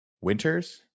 Winters